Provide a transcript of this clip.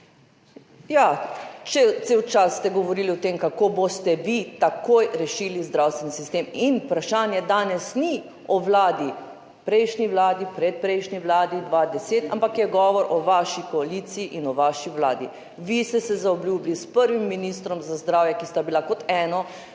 Ja, cel čas ste govorili o tem, kako boste vi takoj rešili zdravstveni sistem. In vprašanje danes ni o vladi, prejšnji vladi, predprejšnji vladi 2010, ampak je govor o vaši koaliciji in o vaši vladi. Vi ste se zaobljubili s prvim ministrom za zdravje, ki sta bila kot eno,